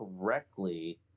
correctly